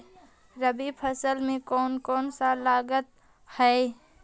रबी फैसले मे कोन कोन सा लगता हाइय?